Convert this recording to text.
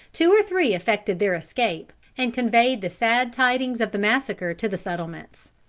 two or three effected their escape, and conveyed the sad tidings of the massacre to the settlements.